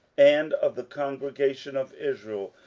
and of the congregation of israel,